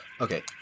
Okay